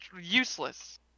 useless